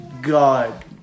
God